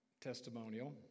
testimonial